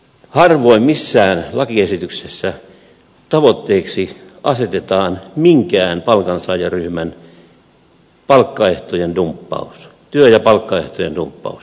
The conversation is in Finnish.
harvoin missään lakiesityksessä tavoitteiksi asetetaan minkään palkansaajaryhmän työ ja palkkaehtojen dumppaus